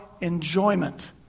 enjoyment